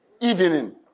evening